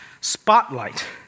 spotlight